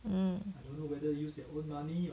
mm